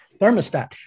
Thermostat